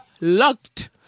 Locked